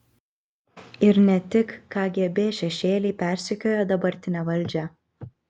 ir ne tik kgb šešėliai persekiojo dabartinę valdžią